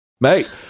mate